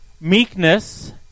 Meekness